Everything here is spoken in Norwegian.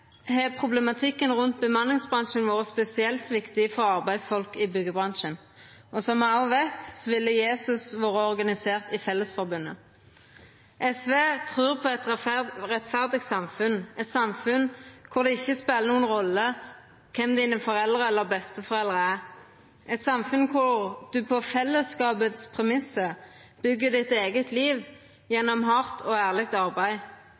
har problematikken rundt bemanningsbransjen vore spesielt viktig for arbeidsfolk i byggjebransjen. Og som me òg veit, ville Jesus vore organisert i Fellesforbundet. SV trur på eit rettferdig samfunn, eit samfunn der det ikkje spelar noka rolle kven foreldra eller besteforeldra dine er, eit samfunn der ein på fellesskapet sine premissar byggjer sitt eige liv gjennom hardt og ærleg arbeid,